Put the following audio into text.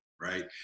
right